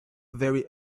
very